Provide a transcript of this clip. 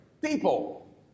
people